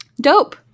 Dope